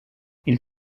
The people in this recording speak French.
ils